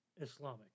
Islamic